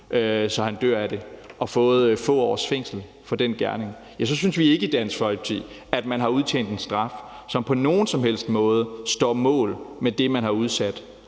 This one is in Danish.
så han dør af det, og fået få års fængsel for den gerning, synes vi i Dansk Folkeparti ikke, at man har udstået en straf, som på nogen som helst måde står mål med det, man har udsat